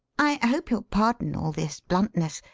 i hope you'll pardon all this bluntness.